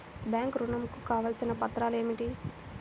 Bank ఋణం కు కావలసిన పత్రాలు ఏమిటి?